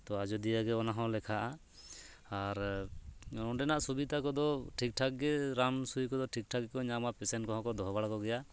ᱛᱳ ᱟᱡᱳᱫᱤᱭᱟᱜᱮ ᱚᱱᱟ ᱦᱚᱸ ᱞᱮᱠᱷᱟᱜᱼᱟ ᱟᱨ ᱚᱰᱮᱱᱟᱜ ᱥᱩᱵᱤᱫᱷᱟ ᱠᱚᱫᱚ ᱴᱷᱤᱠ ᱴᱷᱟᱠ ᱜᱮ ᱨᱟᱱ ᱥᱳᱭ ᱠᱚᱫᱚ ᱴᱷᱤᱠ ᱴᱷᱟᱠ ᱜᱮᱠᱚ ᱧᱟᱢᱟ ᱯᱮᱥᱮᱱᱴ ᱠᱚᱦᱚᱸ ᱠᱚ ᱫᱚᱦᱚ ᱵᱟᱲᱟ ᱠᱚᱜᱮᱭᱟ